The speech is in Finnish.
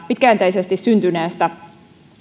pitkäjänteisesti syntyneestä